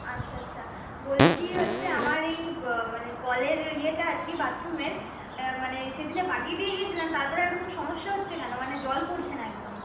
আচ্ছা আচ্ছা বলছি হচ্ছে আমার এই মানে কলের ইয়েটা আর কি বাথরুমের মানে সেদিনে বাগিয়ে দিয়ে গিয়েছিলেন তারপরে এরকম সমস্যা হচ্ছে কেন মানে জল পড়ছে না একদম